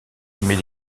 émet